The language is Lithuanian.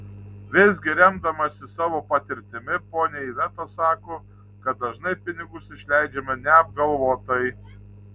visgi remdamasi savo patirtimi ponia iveta sako kad dažnai pinigus išleidžiame neapgalvotai